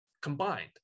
combined